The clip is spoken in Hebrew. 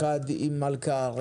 אחד עם מלכ"ר,